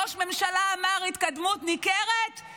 ראש הממשלה אמר: התקדמות ניכרת,